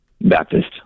Baptist